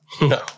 No